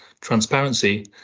transparency